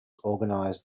organised